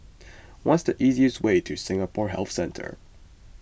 what is the easiest way to Singapore Health Centre